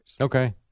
Okay